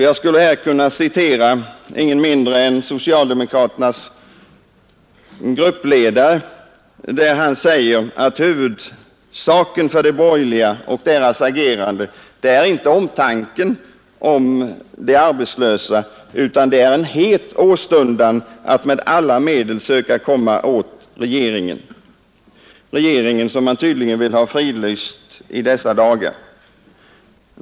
Jag skulle här kunna citera ingen mindre än socialdemokraternas gruppledare, som säger att huvudsaken för de borgerliga och deras agerande är inte omtanken om de arbetslösa utan det är en het åstundan att med alla medel söka komma åt regeringen, som man tydligen vill ha fridlyst i dessa dagar.